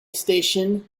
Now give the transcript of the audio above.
station